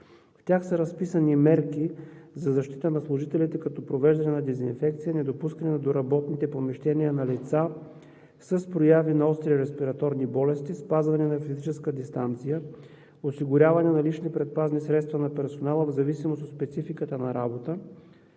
В тях са разписани мерки за защита на служителите, като провеждане на дезинфекция, недопускане до работните помещения на лица с прояви на остри респираторни болести, спазване на физическа дистанция, осигуряване на лични предпазни средства на персонала в зависимост от спецификата на работа